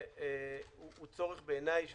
הוא צורך חשוב בעיניי